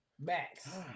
Max